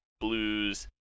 blues